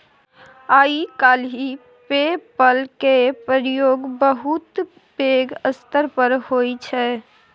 आइ काल्हि PayPal केर प्रयोग बहुत पैघ स्तर पर होइ छै